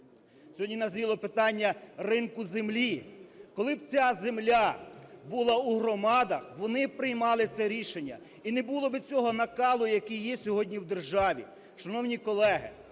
Сьогодні назріло питання ринку землі. Коли б ця земля була у громадах, вони б приймали це рішення, і не було би цього накалу, який є сьогодні в державі. Шановні колеги,